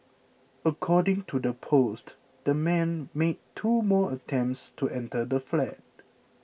according to the post the man made two more attempts to enter the flat